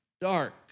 dark